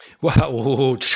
Wow